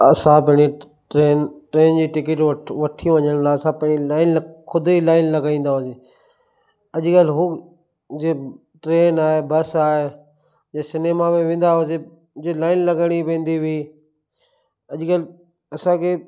असां पहिरीं train train जी टिकेटूं व वठी वञण लाइ असां पहिरीं लाइन ख़ुदि ई लाइन लॻाईंदा हुआसीं अॼुकल्ह उहो जे ट्रेन आहे बस आहे जे सिनेमा में वेंदा हुआसीं जे लाइन लॻाइणी पवंदी हुई अॼुकल्ह असांखे